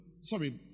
sorry